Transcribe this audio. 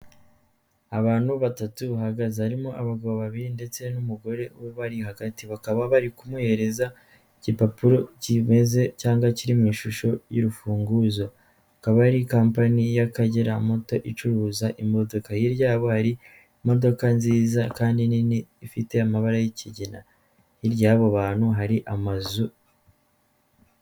Abantu batatu bahagaze, harimo abagabo babiri ndetse n'umugore ubari hagati, bakaba bari kumuhereza igipapuro kimeze cyangwa kiri mu ishusho y'urufunguzo, akaba ari kampani y'Akagera moto icuruza imodoka, hirya yabo hari imodoka nziza kandi nini ifite amabara y'ikigina, hirya y'abo bantu hari amazu.